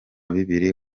bibiri